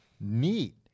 Neat